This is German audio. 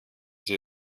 sie